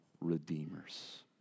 redeemers